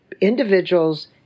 individuals